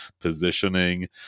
positioning